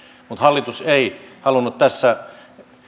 mutta hallitus ei halunnut tässä